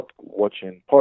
watching